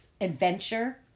adventure